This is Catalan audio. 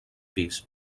pis